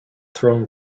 thrown